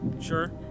Sure